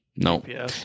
No